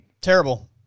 Terrible